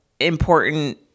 important